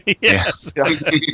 Yes